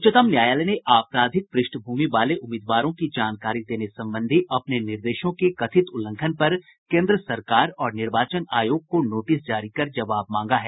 उच्चतम न्यायालय ने आपराधिक प्रष्ठभूमि वाले उम्मीदवारों की जानकारी देने संबंधी अपने निर्देशों के कथित उल्लघंन पर केंद्र सरकार और निर्वाचन आयोग को नोटिस जारी कर जवाब मांगा है